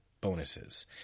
bonuses